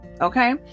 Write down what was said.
okay